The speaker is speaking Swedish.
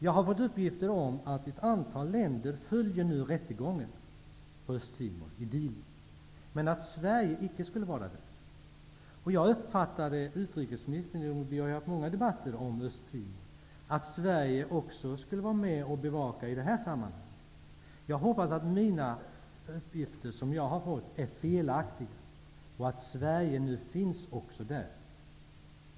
Jag har fått uppgifter om att ett antal länder följer rättegången på Östtimor men att Sverige inte skulle göra det. Vi har ju haft många debatter om Östtimor, och jag har uppfattat utrikesministern så att Sverige också skulle vara med och bevaka rättegången. Jag hoppas att de uppgifter som jag har fått är felaktiga och att Sverige nu har representanter på platsen.